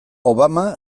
obama